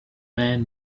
man